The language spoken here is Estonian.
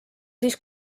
siis